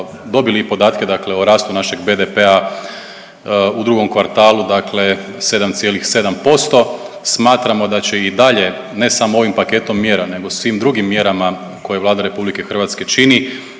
dobili podatke dakle o rastu našeg BDP-a u drugom kvartalu dakle 7,7%. Smatramo da će i dalje ne samo ovim paketom mjera nego svim drugim mjerama koje Vlada RH čini,